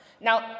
Now